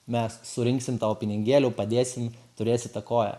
mes surinksim tau pinigėlių padėsim turėsi tą koją